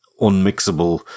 unmixable